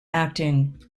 acting